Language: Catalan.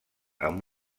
amb